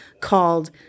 called